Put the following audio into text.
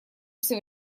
все